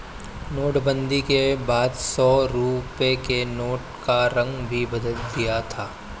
नोटबंदी के बाद सौ रुपए के नोट का रंग भी बदल दिया था